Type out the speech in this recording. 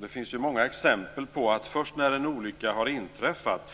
Det finns många exempel på att först när en olycka har inträffat